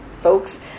folks